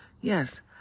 Yes